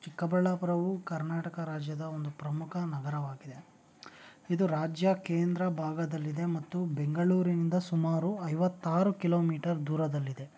ಚಿಕ್ಕಬಳ್ಳಾಪುರವು ಕರ್ನಾಟಕ ರಾಜ್ಯದ ಒಂದು ಪ್ರಮುಖ ನಗರವಾಗಿದೆ ಇದು ರಾಜ್ಯ ಕೇಂದ್ರ ಭಾಗದಲ್ಲಿದೆ ಮತ್ತು ಬೆಂಗಳೂರಿನಿಂದ ಸುಮಾರು ಐವತ್ತಾರು ಕಿಲೋಮೀಟರ್ ದೂರದಲ್ಲಿದೆ